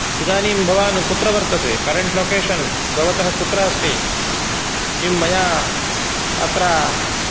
इदानीं भवान् कुत्र वर्तते करेण्ट् लोकेशन् भवतः कुत्र अस्ति किं मया अत्र